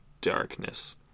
darkness